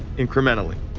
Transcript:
incrementally.